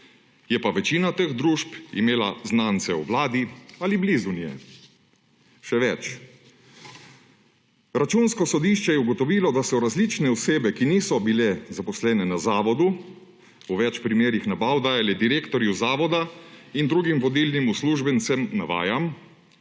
je pa večina teh družb imela znance v Vladi ali blizu nje. Še več. Računsko sodišče je ugotovilo, da so različne osebe, ki niso bile zaposlene na Zavodu, v več primerih nabav dajale direktorju Zavoda in drugim vodilnim uslužbencem, navajam,